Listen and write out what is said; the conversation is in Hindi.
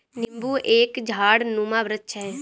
नींबू एक झाड़नुमा वृक्ष है